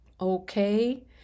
okay